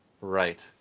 right